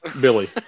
Billy